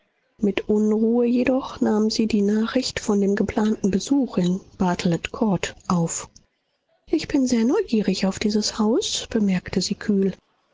mit unruhe jedoch nahm sie die nachricht von dem geplanten besuch in bartelet court auf ich bin sehr neugierig auf dieses haus bemerkte sie kühl